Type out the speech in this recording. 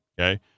okay